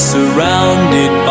Surrounded